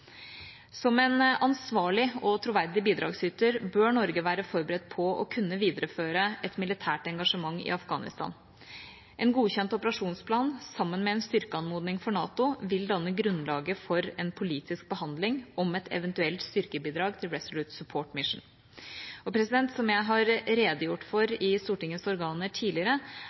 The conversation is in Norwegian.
Som en ansvarlig og troverdig bidragsyter, bør Norge være forberedt på å kunne videreføre et militært engasjement i Afghanistan. En godkjent operasjonsplan, sammen med en styrkeanmodning for NATO, vil danne grunnlaget for en politisk behandling om et eventuelt styrkebidrag til Resolute Support mission. Som jeg har redegjort for i Stortingets organer tidligere,